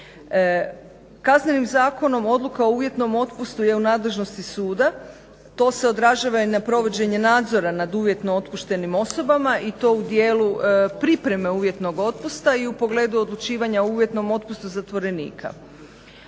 Kaznenim zakonom Odluka o uvjetnom otpustu je u nadležnosti suda. To se odražava i na provođenje nadzora nad uvjetno otpuštenim osobama i to u dijelu pripreme uvjetnog otpusta i u pogledu odlučivanja o uvjetnom otpustu zatvorenika.